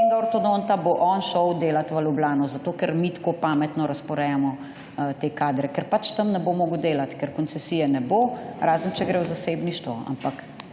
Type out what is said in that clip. enega ortodonta, bo on šel delati v Ljubljano zato, ker mi tako pametno razporejamo te kadre, ker pač tam ne bo mogel delati, ker koncesije ne bo, razen, če gre v zasebništvo. Ampak,